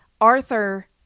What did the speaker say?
Arthur